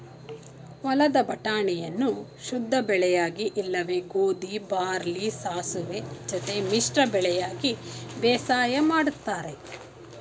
ಹೊಲದ ಬಟಾಣಿಯನ್ನು ಶುದ್ಧಬೆಳೆಯಾಗಿ ಇಲ್ಲವೆ ಗೋಧಿ ಬಾರ್ಲಿ ಸಾಸುವೆ ಜೊತೆ ಮಿಶ್ರ ಬೆಳೆಯಾಗಿ ಬೇಸಾಯ ಮಾಡ್ತರೆ